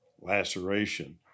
laceration